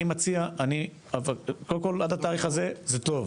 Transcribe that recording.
אני מציע, קודם כל, עד התאריך הזה, זה טוב.